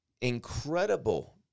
incredible